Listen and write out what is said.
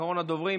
אחרון הדוברים,